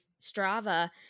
strava